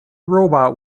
robot